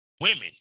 women